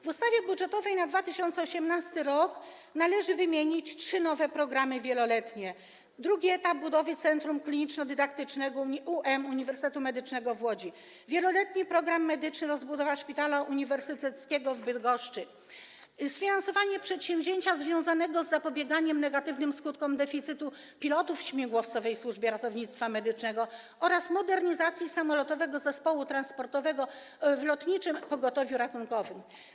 W ustawie budżetowej na 2018 r. należy wymienić trzy nowe programy wieloletnie: drugi etap budowy Centrum Kliniczno-Dydaktycznego Uniwersytetu Medycznego w Łodzi, wieloletni program medyczny rozbudowy Szpitala Uniwersyteckiego w Bydgoszczy, sfinansowanie przedsięwzięcia związanego z zapobieganiem negatywnym skutkom deficytu pilotów w Śmigłowcowej Służbie Ratownictwa Medycznego oraz modernizacji samolotowego zespołu transportowego w Lotniczym Pogotowiu Ratunkowym.